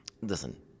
listen